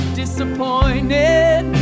disappointed